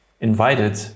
invited